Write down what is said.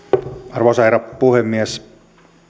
arvoisa herra puhemies